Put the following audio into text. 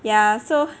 ya so